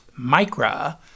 MICRA